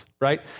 right